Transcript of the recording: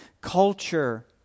culture